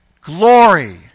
glory